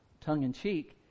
tongue-in-cheek